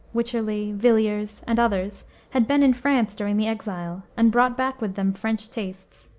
wycherley, villiers, and others had been in france during the exile, and brought back with them french tastes.